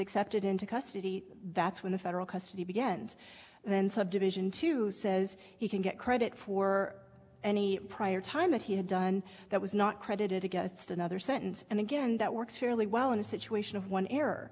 accepted into custody that's when the federal custody begins then subdivision to says he can get credit for any prior time that he had done that was not credited against another sentence and again that works fairly well in a situation of one